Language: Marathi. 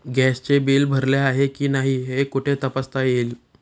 गॅसचे बिल भरले आहे की नाही हे कुठे तपासता येईल?